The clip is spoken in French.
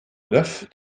neuf